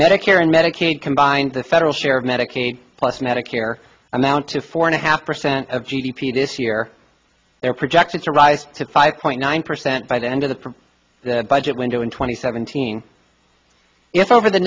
medicare and medicaid combined the federal share of medicaid plus medicare amount to four and a half percent of g d p this year they're projected to rise to five point nine percent by the end of the from the budget window in twenty seventeen if over the